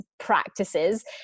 practices